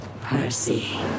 Percy